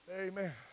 Amen